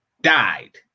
died